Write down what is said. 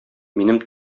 минем